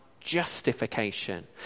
justification